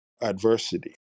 adversity